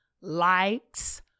likes